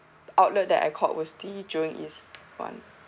outlet that I called was the jurong east one